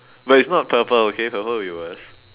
but it's not purple okay purple will be worse